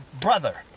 brother